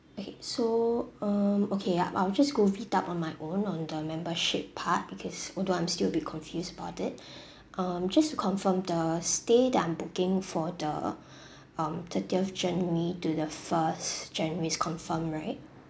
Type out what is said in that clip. okay so um okay yup I will just go read up on my own on the membership part because although I'm still be confused about it um just to confirm the stay that I'm booking for the um thirtieth january to the first january it's confirmed right